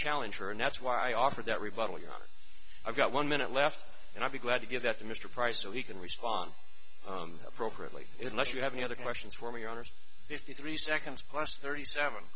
challenger and that's why i offered that rebuttal yada i've got one minute left and i'd be glad to give that to mr price so he can respond appropriately it unless you have any other questions for me on earth fifty three seconds plus thirty seven